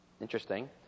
Interesting